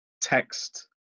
text